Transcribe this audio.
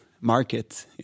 market